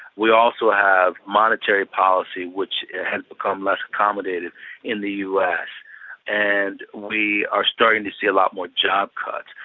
we also have monetary policy which has become less accommodative in the us and we are starting to see a lot more job cuts.